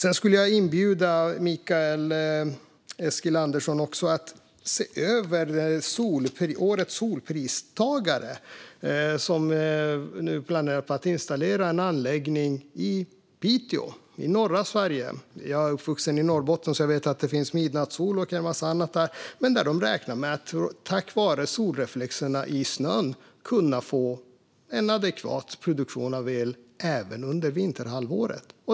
Jag skulle även vilja inbjuda Mikael Eskilandersson att se över årets Solenergipristagare, som nu planerar att installera en anläggning i Piteå, det vill säga i norra Sverige. Jag är uppvuxen i Norrbotten, så jag vet att det finns midnattssol och en massa annat där, men man räknar nu med att tack vare solreflexerna i snön kunna få en adekvat produktion av el även under vinterhalvåret.